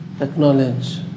acknowledge